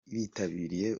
bitabiriye